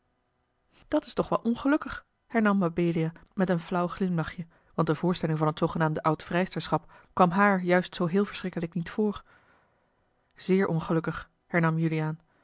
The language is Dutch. dat is toch wel ongelukkig hernam mabelia met een flauw glimlachje want de voorstelling van het zoogenaamde oud vrijsterschap kwam haar juist zoo heel verschrikkelijk niet voor zeer ongelukkig hernam juliaan